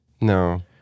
No